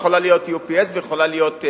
ויכולה להיות UPS ויכולה להיות,